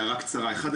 הערה קצרה אחד,